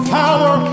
power